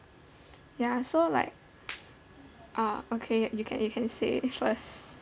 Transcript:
ya so like uh okay you can you can say first